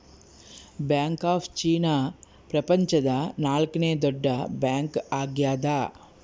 bank of China ಪ್ರಪಂಚದ ನಾಲ್ಕನೆ ದೊಡ್ಡ ಬ್ಯಾಂಕ್ ಆಗ್ಯದ